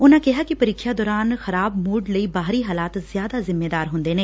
ਉਨੂਾ ਕਿਹਾ ਪ੍ਰੀਖਿਆ ਦੌਰਾਨ ਖ਼ਰਾਬ ਮੁਡ ਲਈ ਬਾਹਰੀ ਹਾਲਾਤ ਜ਼ਿਆਦਾ ਜਿੰਮੇਦਾਰ ਹੁੰਦੇ ਨੇ